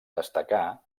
destacar